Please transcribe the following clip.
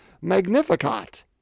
magnificat